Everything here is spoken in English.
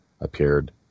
appeared